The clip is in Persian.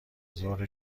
ظهر